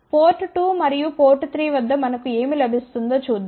port 2 మరియు port 3 వద్ద మనకు ఏమి లభిస్తుందో చూద్దాం